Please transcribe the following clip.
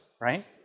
right